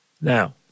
Now